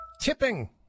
tipping